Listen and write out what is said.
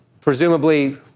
presumably